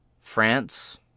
France